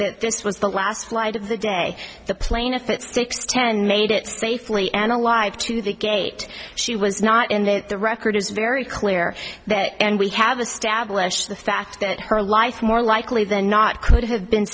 that this was the last flight of the day the plane if it sticks ten made it safely and alive to the gate she was not in it the record is very clear that and we have established the fact that her life more likely than not could have been